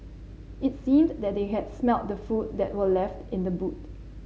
it seemed that they had smelt the food that were left in the boot